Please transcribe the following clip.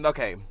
Okay